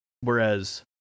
Whereas